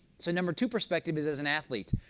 so number two perspective is as an athlete.